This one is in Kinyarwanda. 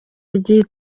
rya